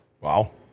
Wow